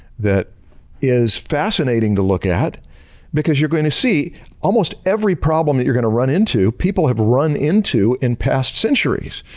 that is fascinating to look at because you're going to see almost every problem that you're going to run into, people have run into in past centuries.